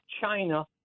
China